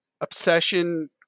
obsession